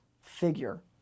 figure